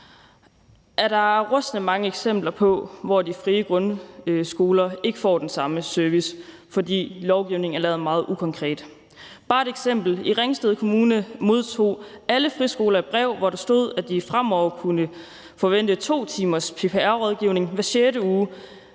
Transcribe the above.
er der rystende mange eksempler på, at de frie grundskoler ikke får den samme service, fordi lovgivningen er lavet meget ukonkret. Lad mig bare komme med et eksempel: I Ringsted Kommune modtog alle friskoler et brev, hvor der stod, at de fremover kunne forvente 2 timers PPR-rådgivning hver sjette uge